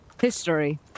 history